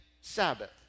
Sabbath